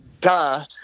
duh